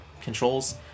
controls